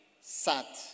sat